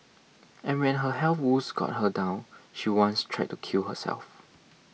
and when her health woes got her down she once tried to kill herself